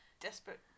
desperate